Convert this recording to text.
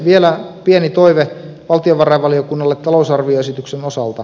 vielä pieni toive valtiovarainvaliokunnalle talousarvioesityksen osalta